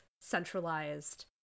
centralized